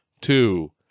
Two